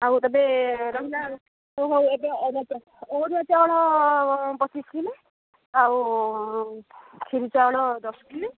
ଆଉ ଏବେ ରହିଲା ହଉ ହଉ ଏବେ ଅରୁଆ ଚାଉଳ ଅରୁଆ ଚାଉଳ ପଚିଶ କିଗ୍ରା ଆଉ ଖିରି ଚାଉଳ ଦଶ କିଗ୍ରା